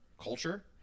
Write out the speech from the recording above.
culture